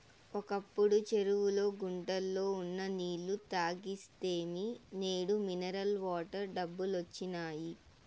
ఒకప్పుడు చెరువుల్లో గుంటల్లో ఉన్న నీళ్ళు తాగేస్తిమి నేడు మినరల్ వాటర్ డబ్బాలొచ్చినియ్